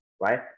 right